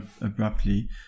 abruptly